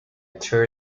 tour